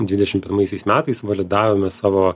dvidešim pirmaisiais metais validavome savo